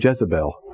Jezebel